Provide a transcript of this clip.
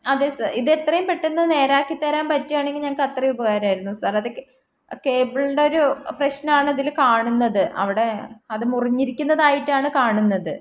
അതെ സർ ഇത് എത്രയും പെട്ടെന്ന് നേരെയാക്കിത്തരാൻ പറ്റുകയാണെങ്കിൽ ഞങ്ങൾക്ക് അത്രയും ഉപകാരമായിരുന്നു സർ അത് കേബിളിൻ്റെ ഒരു പ്രശ്നമാണ് ഇതിൽ കാണുന്നത് അവിടെ അത് മുറിഞ്ഞിരിക്കുന്നതായിട്ടാണ് കാണുന്നത്